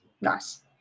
nice